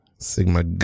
Sigma